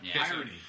Irony